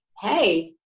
Hey